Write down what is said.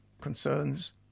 concerns